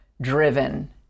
driven